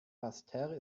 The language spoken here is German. basseterre